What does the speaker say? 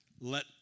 Let